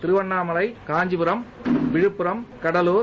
Tiruvannamalai Kanchipuram Viluppuram Cuddalore